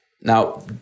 Now